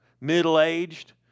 middle-aged